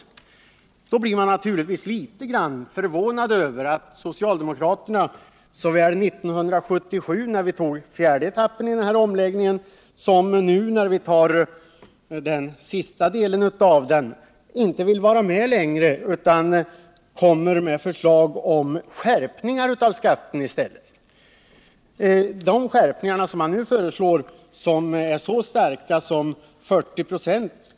Med hänsyn till detta blir man naturligtvis litet förvånad över att socialdemokraterna såväl 1977, när vi fattade beslut om fjärde etappen i den här omläggningen, som nu när vi skall besluta om sista delen av den inte vill vara med längre utan i stället kommer med förslag om skärpningar av skatten. De skärpningar som man nu föreslår är så stora som 40 96.